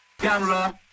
camera